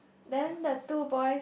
then the two boys